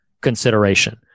consideration